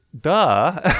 duh